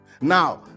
now